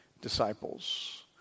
disciples